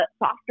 softer